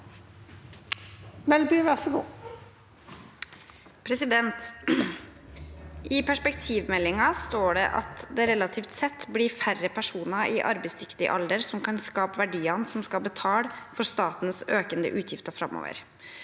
Melby (V) «I perspektivmeldingen står det at det relativt sett blir færre personer i arbeidsdyktig alder som kan skape verdiene som skal betale for statens økende utgifter framover.